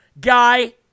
guy